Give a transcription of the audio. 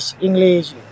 English